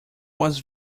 was